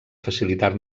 facilitar